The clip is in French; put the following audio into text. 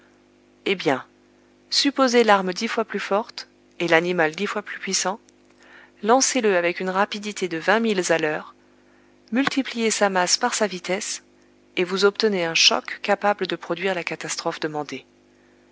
eh bien supposez l'arme dix fois plus forte et l'animal dix fois plus puissant lancez le avec une rapidité de vingt milles à l'heure multipliez sa masse par sa vitesse et vous obtenez un choc capable de produire la catastrophe demandée